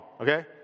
okay